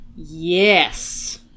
Yes